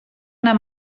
anar